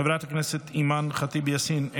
חברת הכנסת אימאן ח'טיב יאסין,